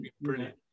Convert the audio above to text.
brilliant